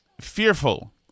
fearful